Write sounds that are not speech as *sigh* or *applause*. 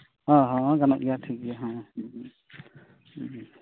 ᱦᱚᱸ ᱦᱚᱸ ᱜᱟᱱᱚᱜ ᱜᱮᱭᱟ ᱴᱷᱤᱠᱜᱮᱭᱟ ᱦᱮᱸ *unintelligible*